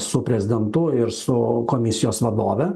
su prezidentu ir su komisijos vadove